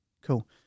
Cool